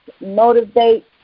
motivate